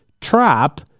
trap